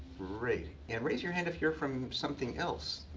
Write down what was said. great. and raise your hand if you're from something else.